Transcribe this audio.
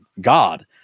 God